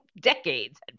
decades